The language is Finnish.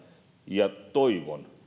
ja toivon